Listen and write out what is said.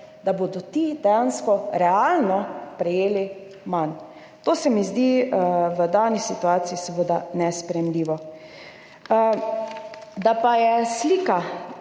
da bodo ti dejansko realno prejeli manj. To se mi zdi v dani situaciji seveda nesprejemljivo. Da pa je slika